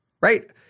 right